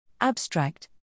Abstract